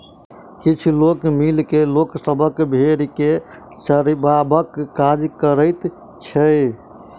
किछ लोक मिल के लोक सभक भेंड़ के चरयबाक काज करैत छै